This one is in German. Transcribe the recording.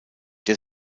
der